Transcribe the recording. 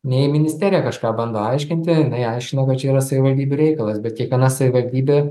nei ministerija kažką bando aiškinti jinai aiškina kad čia yra savivaldybių reikalas bet kiekviena savivaldybė